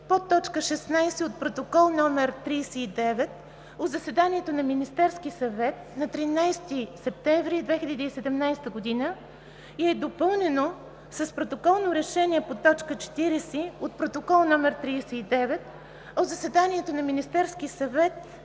по т. 16 от Протокол № 39 от заседанието на Министерския съвет на 13 септември 2017 г. и допълнено с Протоколно решение по т. 40 от Протокол № 39 от заседанието на Министерския съвет